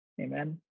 Amen